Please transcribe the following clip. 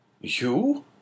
You